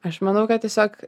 aš manau kad tiesiog